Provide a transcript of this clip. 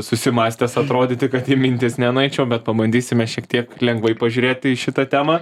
susimąstęs atrodyti kad į mintis nenueičiau bet pabandysime šiek tiek lengvai pažiūrėti į šitą temą